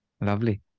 Lovely